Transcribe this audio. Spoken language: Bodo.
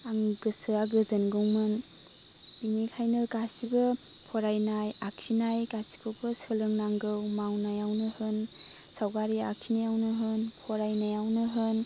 आंनि गोसोआ गोजोनगौमोन बिनिखायनो गासिबो फरायनाय आखिनाय गासैखौबो सोलोंनागौ मावनायावनो होन सानगारि आखिनायावनो होन फरायनायावनो होन